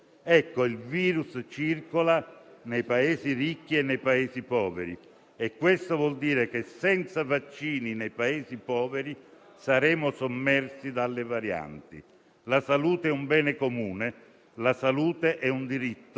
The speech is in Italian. Il virus circola nei Paesi ricchi e nei Paesi poveri e ciò vuol dire che senza vaccini nei Paesi poveri saremo sommersi dalle varianti. La salute è un bene comune; la salute è un diritto,